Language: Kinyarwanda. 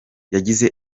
yagize